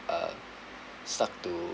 uh stuck to